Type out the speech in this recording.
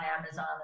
Amazon